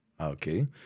Okay